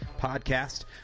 podcast